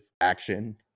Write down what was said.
action